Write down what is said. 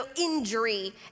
injury